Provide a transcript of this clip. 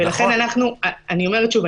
אני אומרת שוב,